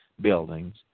buildings